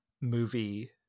movie